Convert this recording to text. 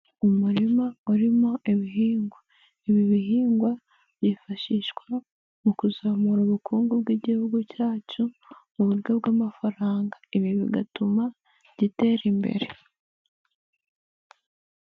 Umurima urimo ibihingwa, ibi bihingwa byifashishwa mu kuzamura ubukungu bw'igihugu cyacu mu buryo bw'amafaranga, ibi bigatuma gitera imbere.